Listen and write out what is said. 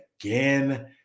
again